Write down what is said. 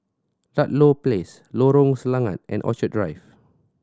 Ludlow Place Lorong Selangat and Orchid Drive